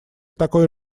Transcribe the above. такое